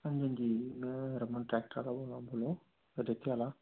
अंजी अंजी में रमन ट्रैक्टर आह्ला बोल्ला ना अंजी बोलो आदित्य आह्ला